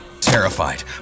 Terrified